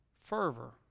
fervor